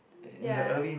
ya